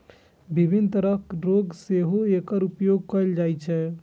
विभिन्न तरहक रोग मे सेहो एकर उपयोग कैल जाइ छै